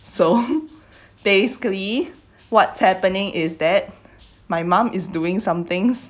so basically what's happening is that my mom is doing some things